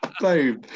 Boom